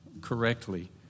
correctly